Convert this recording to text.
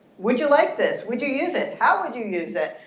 would you like this? would you use it? how would you use it?